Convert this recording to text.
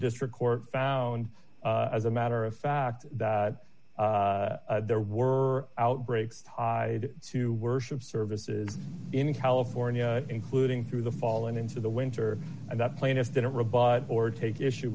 district court found as a matter of fact that there were outbreaks i had to worship services in california including through the fall and into the winter and that plaintiff didn't rebut or take issue